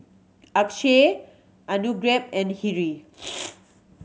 Akshay and Hri